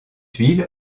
huile